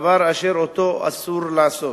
ואסור לעשות